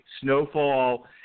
Snowfall